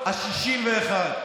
הקול, לא צריך לכבד את, ה-61.